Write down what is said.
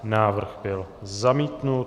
Návrh byl zamítnut.